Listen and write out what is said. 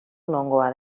nongoa